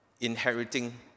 inheriting